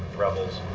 rebels.